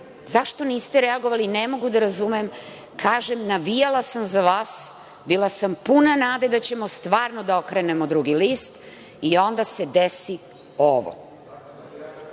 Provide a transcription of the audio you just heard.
Zašto niste reagovali? Ne mogu da razumem. Kažem, navijala sam za vas. Bila sam puna nade da ćemo stvarno da okrenemo drugi list i onda se desi ovo.